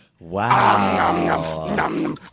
Wow